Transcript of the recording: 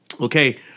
Okay